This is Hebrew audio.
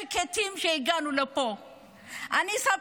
הגענו לפה אנשים תמימים ושקטים.